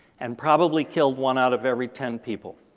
and probably killed one out of every ten people.